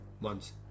month's